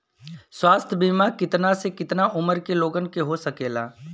स्वास्थ्य बीमा कितना से कितना उमर के लोगन के हो सकेला?